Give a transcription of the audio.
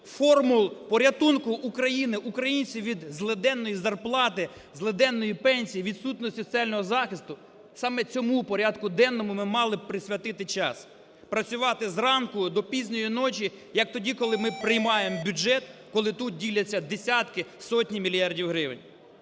формул порятунку України, українців від злиденної зарплати, злиденної пенсії, відсутності соціального захисту, саме цьому порядку денному ми мали б присвятити час, працювати з ранку до пізньої ночі як тоді, коли ми приймаємо бюджет, коли тут діляться десятки, сотні мільярдів гривень.